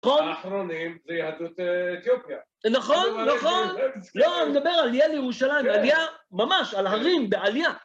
האחרונים זה יהדות אתיופיה. נכון, נכון, לא רק נדבר על עלייה לירושלים, על עלייה ממש, על הרים בעלייה.